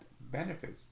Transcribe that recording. benefits